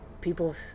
people